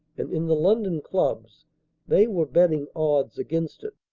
and in the london clubs they were betting odds against it.